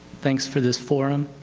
thanks for this forum.